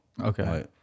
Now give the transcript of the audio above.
okay